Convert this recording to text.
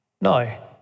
No